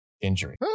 injury